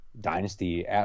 dynasty